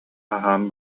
аһаан